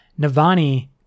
Navani